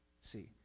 See